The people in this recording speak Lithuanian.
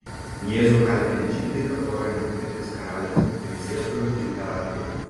jėzų kaltinę žydai kartojo neturintys karaliaus tiktai ciesorių imperatorių